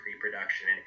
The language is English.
pre-production